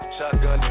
Shotgun